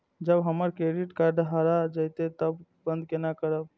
जब हमर credit card हरा जयते तब बंद केना करब?